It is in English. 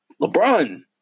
LeBron